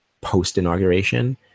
post-inauguration